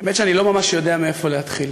האמת שאני לא ממש יודע מאיפה להתחיל.